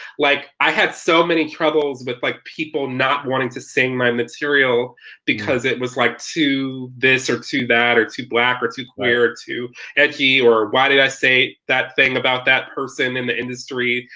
like i had so many troubles with like people not wanting to sing my material because it was like too this or too that or too black or too queer, too edgy or why did i say that thing about that person in the industry,